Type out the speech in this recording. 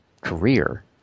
career